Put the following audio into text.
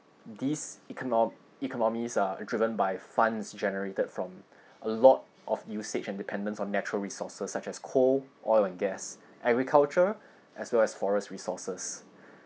these econom~ economies are driven by funds generated from a lot of usage and dependants on natural resources such as coal oil and gas agriculture as well as forest resources